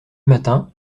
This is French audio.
matin